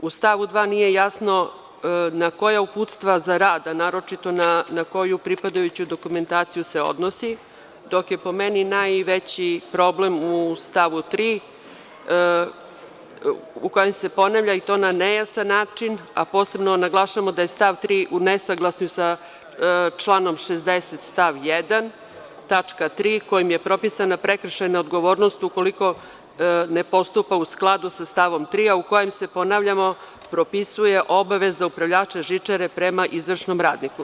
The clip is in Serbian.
U stavu nije jasno na koja uputstva za rad, a naročito na koju pripadajuću dokumentaciju se odnosi, dok je po meni najveći problem u stavu 3, u kojem se ponavlja i to na nejasan način, a posebno naglašavamo da je stav 3. u nesaglasju sa članom 60. stav 1. tačka 3, kojim je propisana prekršajna odgovornost ukoliko ne postupa u skladu sa stavom 3, a u kojem se, ponavljamo, propisuje obaveza upravljača žičare prema izvršnom radniku.